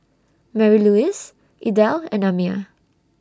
Marylouise Idell and Amiah